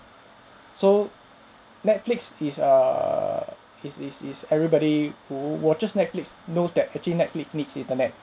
so netflix is err is is is everybody who watches netflix knows that actually netflix needs internet